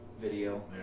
video